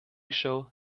show